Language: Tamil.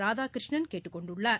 ராதாகிருஷ்ணன் கேட்டுக் கொண்டுள்ளார்